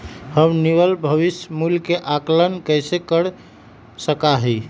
हम निवल भविष्य मूल्य के आंकलन कैसे कर सका ही?